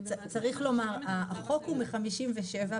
החוק הוא מ-57',